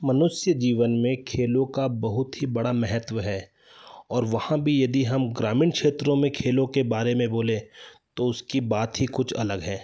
मनुष्य जीवन में खेलों का बहुत ही बड़ा महत्व है और वहाँ भी यदि हम ग्रामीण क्षेत्रों में खेलों के बारे में बोलें तो उसकी बात ही कुछ अलग है